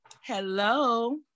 Hello